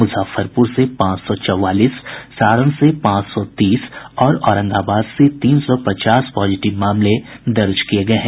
मुजफ्फरपुर से पांच सौ चौवालीस सारण से पांच सौ तीस और औरंगाबाद से तीन सौ पचास पॉजिटिव मामले दर्ज किये गये हैं